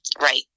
Right